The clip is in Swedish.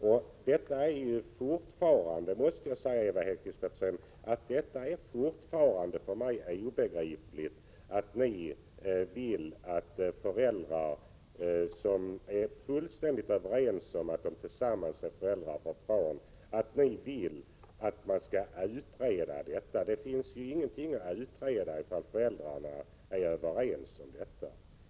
Jag måste säga till Ewa Hedkvist Petersen att det för mig fortfarande är 167 obegripligt att ni vill göra en utredning om föräldrar, som är fullständigt överens om att de tillsammans är föräldrar till ett barn. Det finns ju ingenting att utreda när föräldrarna är överens.